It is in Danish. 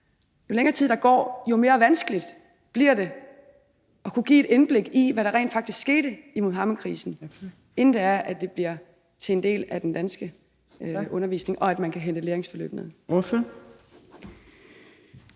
i 00'erne i 2005 – jo mere vanskeligt bliver det at kunne give et indblik i, hvad der rent faktisk skete under Muhammedkrisen, inden det bliver en del af den danske undervisning og man kan hente et læringsforløb ned.